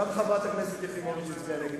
גם חברת הכנסת יחימוביץ הצביעה נגד.